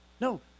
No